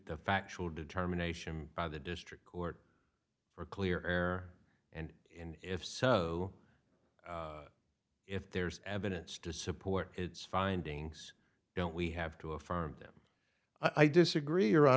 the factual determination by the district court for clear air and if so if there's evidence to support its findings don't we have to affirm them i disagree or out